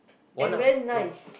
and very nice